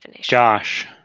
Josh